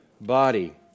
body